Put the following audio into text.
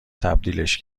تبدیلش